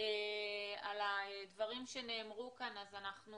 על הדברים שנאמרו כאן, אז אנחנו